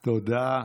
תודה.